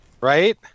right